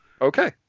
Okay